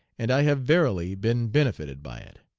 and i have verily been benefited by it.